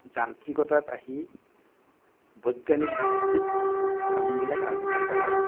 যান্ত্ৰিকতাত আহি বৈজ্ঞানিক ভিত্তিত কামবিলাক আৰম্ভ কৰাৰ